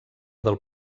del